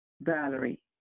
Valerie